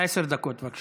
עשר דקות, בבקשה.